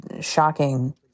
shocking